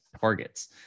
targets